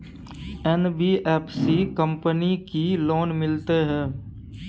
NBFC company की loan मिलते है?